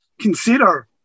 consider